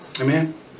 Amen